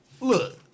look